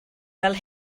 fel